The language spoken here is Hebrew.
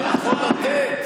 אתה יכול לתת.